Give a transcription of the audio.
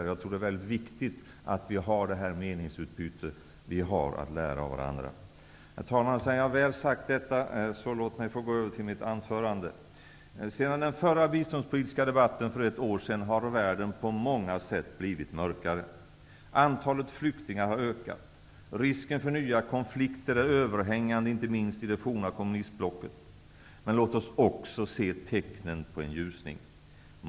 Jag tror att det är väldigt viktigt att vi har detta meningsutbyte. Vi har att lära av varandra. Herr talman! Sedan jag väl sagt detta vill jag övergå till mitt egentliga anförande. Sedan den förra biståndspolitiska debatten för ett år sedan har världen på många sätt blivit mörkare. Antalet flyktingar har ökat. Risken för nya konflikter är överhängande, inte minst i det tidigare kommunistblocket. Men låt oss också se tecknen på en ljusning.